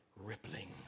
Rippling